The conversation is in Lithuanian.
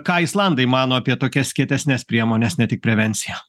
ką islandai mano apie tokias kietesnes priemones ne tik prevenciją